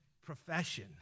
profession